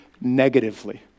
negatively